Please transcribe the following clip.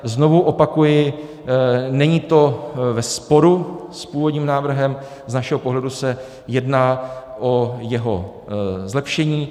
Znovu opakuji, není to ve sporu s původním návrhem, z našeho pohledu se jedná o jeho zlepšení.